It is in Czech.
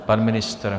Pan ministr?